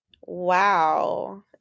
Wow